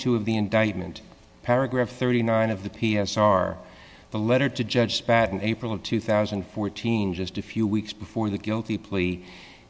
two of the indictment paragraph thirty nine of the p s r the letter to judge bad in april of two thousand and fourteen just a few weeks before the guilty plea